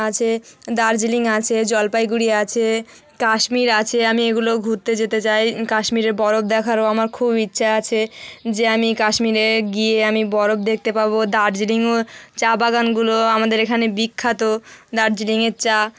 আছে দার্জিলিং আছে জলপাইগুড়ি আছে কাশ্মীর আছে আমি এগুলোও ঘুরতে যেতে চাই কাশ্মীরে বরফ দেখারও আমার খুব ইচ্ছে আছে যে আমি কাশ্মীরে গিয়ে আমি বরফ দেখতে পাবো দার্জিলিং ও চা বাগানগুলো আমাদের এখানে বিখ্যাত দার্জিলিংয়ের চা